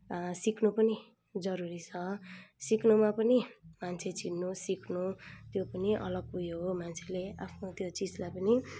सिक्नु पनि जरुरी छ सिक्नुमा पनि मान्छे चिन्नु सिक्नु त्यो पनि अलग उयो हो मान्छेले आफ्नो त्यो चिजलाई पनि